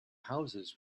houses